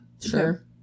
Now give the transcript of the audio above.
Sure